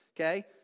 Okay